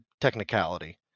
technicality